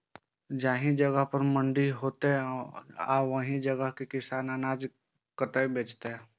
जाहि जगह पर मंडी हैते आ ओहि जगह के किसान अनाज कतय बेचते?